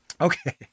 Okay